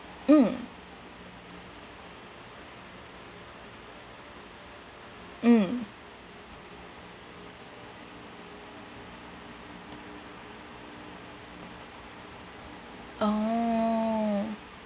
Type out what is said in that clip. mm mm oh